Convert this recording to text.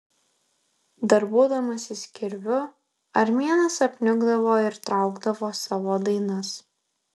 darbuodamasis kirviu armėnas apniukdavo ir traukdavo savo dainas